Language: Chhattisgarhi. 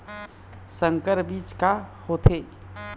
संकर बीज का होथे?